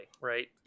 right